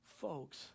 folks